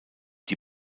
die